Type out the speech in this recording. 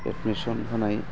admission होनाय